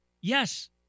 yes